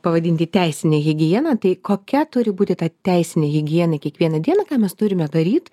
pavadinti teisine higiena tai kokia turi būti ta teisinė higiena kiekvieną dieną ką mes turime daryt